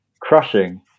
crushing